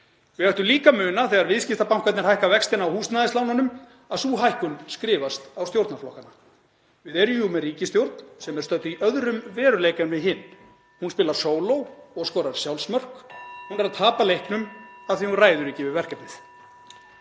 Við ættum líka að muna þegar viðskiptabankarnir hækka vextina á húsnæðislánunum að sú hækkun skrifast á stjórnarflokkana. Við erum jú með ríkisstjórn (Forseti hringir.) sem er stödd í öðrum veruleika en við hin. Hún spilar sóló og skorar sjálfsmörk. (Forseti hringir.) Hún er að tapa leiknum af því að hún ræður ekki við verkefnið.